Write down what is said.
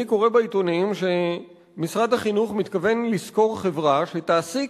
אני קורא בעיתונים שמשרד החינוך מתכוון לשכור חברה שתעסיק